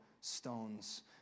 stones